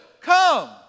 come